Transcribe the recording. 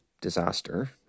disaster